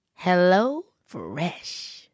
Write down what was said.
HelloFresh